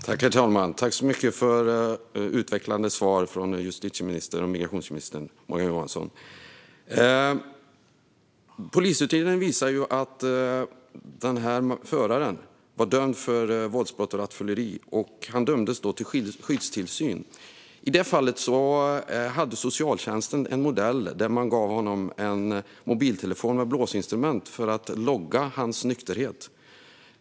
Herr talman! Tack så mycket för utvecklande svar från justitie och migrationsminister Morgan Johansson! Polisutredningen visade att den förare vi talar om var dömd för våldsbrott och rattfylleri. Han dömdes då till skyddstillsyn. I det här fallet hade socialtjänsten en modell där man gav honom en mobiltelefon med blåsinstrument för att logga hans nykterhet.